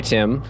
Tim